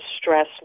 stress